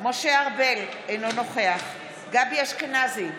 משה ארבל, אינו נוכח גבי אשכנזי,